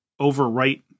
overwrite